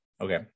Okay